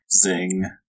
Zing